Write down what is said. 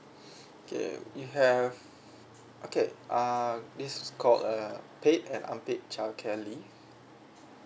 okay you have okay uh this is called uh paid and unpaid child care leave